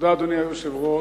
אדוני היושב-ראש,